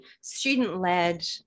student-led